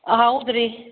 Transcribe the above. ಹಾಂ ಹೌದು ರೀ